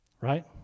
Right